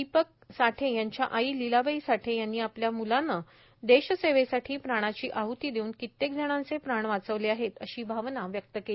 दीपक वसंत साठे यांच्या आई लिलाबाई साठे यांनी आपल्या मुलाने देशसेवेसाठी प्राणाची आहती देऊन कित्येक जणाचे प्राण वाचवले आहेत अशी भावना व्यक्त केली